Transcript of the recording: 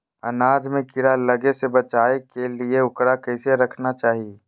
अनाज में कीड़ा लगे से बचावे के लिए, उकरा कैसे रखना चाही?